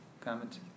comment